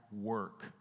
work